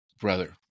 brother